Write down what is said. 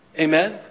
Amen